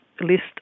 list